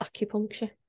acupuncture